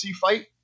fight